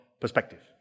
perspective